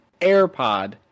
AirPod